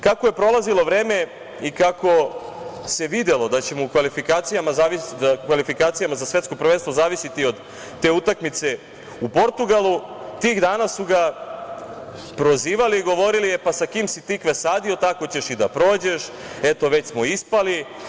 Kako je prolazilo vreme i kako se videlo da ćemo u kvalifikacijama za svetsko prvenstvo zavisiti od te utakmice u Portugalu, tih dana su ga prozivali i govorili – e pa sa kime si tikve sadio, tako ćeš i da prođeš, pa eto već smo ispali.